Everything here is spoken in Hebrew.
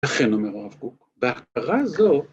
‫לכן אומר הרב קוק, בהכתרה זו...